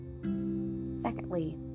Secondly